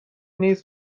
نیز